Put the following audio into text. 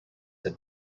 had